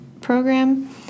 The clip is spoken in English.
Program